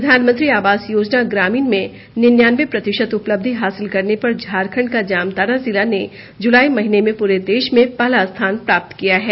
प्रधानमंत्री आवास योजना ग्रामीण में निन्यानबे प्रतिशत उपलब्धि हासिल करने पर झारखंड का जामताड़ा जिला ने जुलाई महीने में पूरे देश में पहला स्थान प्राप्त किया है